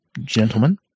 Gentlemen